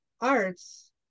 arts